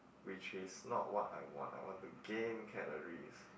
which is not what I want I want to gain calories